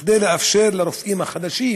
כדי לאפשר לרופאים חדשים